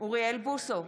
אוריאל בוסו,